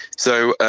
so,